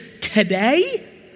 today